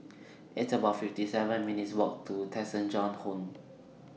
It's about fifty seven minutes' Walk to Tessensohn Road